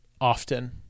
often